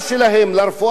לרפואה שלהם,